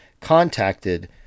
contacted